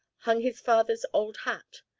hung his father's old hat,